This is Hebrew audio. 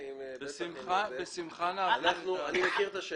בשמחה נעביר את זה.